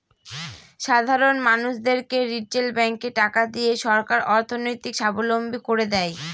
সাধারন মানুষদেরকে রিটেল ব্যাঙ্কে টাকা দিয়ে সরকার অর্থনৈতিক সাবলম্বী করে দেয়